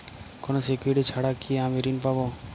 কোনো সিকুরিটি ছাড়া কি আমি ঋণ পাবো?